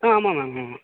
ஆமாம் மேம் ஆமாம்